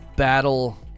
Battle